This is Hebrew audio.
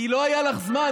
כי לא היה לך זמן,